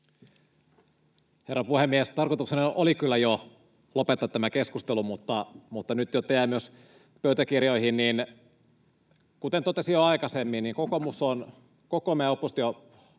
Herra puhemies! Tarkoitukseni oli kyllä jo lopettaa tämä keskustelu, mutta nyt, jotta jää myös pöytäkirjoihin, niin kuten totesin jo aikaisemmin, kokoomus on